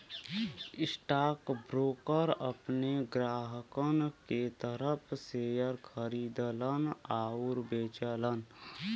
stockbroker अपने ग्राहकन के तरफ शेयर खरीदलन आउर बेचलन